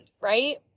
right